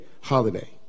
holiday